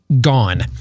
gone